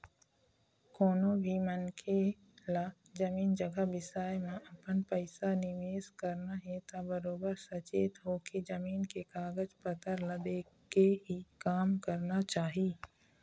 कोनो भी मनखे ल जमीन जघा बिसाए म अपन पइसा निवेस करना हे त बरोबर सचेत होके, जमीन के कागज पतर ल देखके ही काम करना चाही